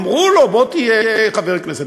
אמרו לו: בוא תהיה חבר כנסת,